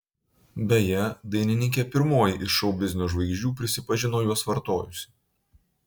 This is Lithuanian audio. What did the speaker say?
beje dainininkė pirmoji iš šou biznio žvaigždžių prisipažino juos vartojusi